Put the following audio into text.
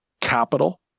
Capital